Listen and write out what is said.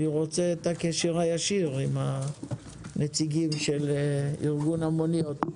אני רוצה את הקשר הישיר עם הנציגים של ארגון המוניות.